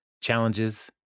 Challenges